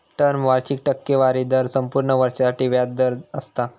term वार्षिक टक्केवारी दर संपूर्ण वर्षासाठी व्याज दर असता